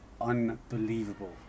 unbelievable